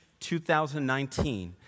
2019